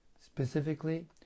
Specifically